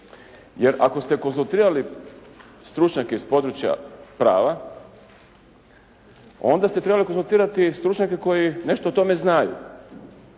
Jer ako ste konzultirali stručnjake iz područja prava onda ste trebali konzultirati stručnjake koji nešto o tome znaju.